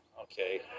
Okay